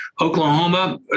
Oklahoma